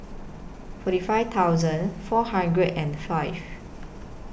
forty five thousand four hundred and five